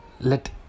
let